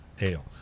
ale